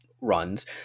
runs